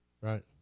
Right